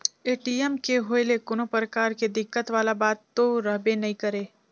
ATM के होए ले कोनो परकार के दिक्कत वाला बात तो रहबे नइ करे